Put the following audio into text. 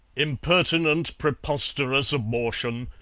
impertinent, preposterous abortion!